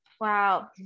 Wow